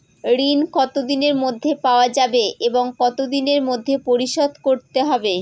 ঋণ কতদিনের মধ্যে পাওয়া যাবে এবং কত দিনের মধ্যে পরিশোধ করতে হবে?